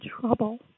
trouble